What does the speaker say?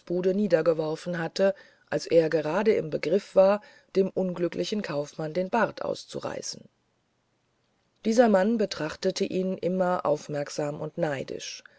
bude niedergeworfen hatte als er gerade im begriff war dem unglücklichen kaufmann den bart auszureißen dieser mann betrachtete ihn immer aufmerksam und neidisch